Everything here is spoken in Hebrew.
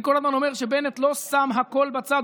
אני כל הזמן אומר שבנט לא שם הכול בצד,